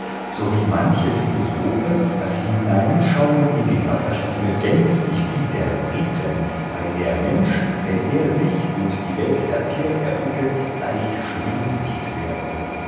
manche philosophen das hineinschauen in den wasserspiegel gänzlich widerrieten weil der mensch wenn er sich und die welt verkehrt erblicke leicht schwindlicht werde